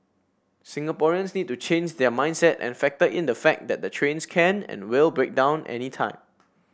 Singaporeans need to change their mindset and factor in the fact that the trains can and will break down anytime